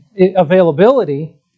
availability